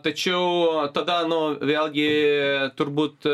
tačiau tada nu vėlgi turbūt